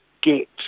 get